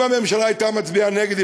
אם הממשלה הייתה מצביעה נגד,